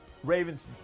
Ravens